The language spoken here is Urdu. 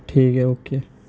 ٹھیک ہے اوکے